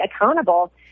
accountable